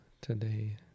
today